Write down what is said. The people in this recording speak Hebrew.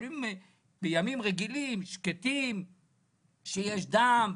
הם יכולים בימים רגילים ושקטים שיש דם,